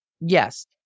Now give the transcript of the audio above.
yes